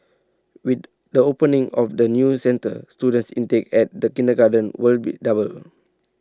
with the opening of the new centre students intake at the kindergarten will be double